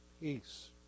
peace